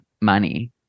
money